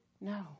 No